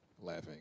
laughing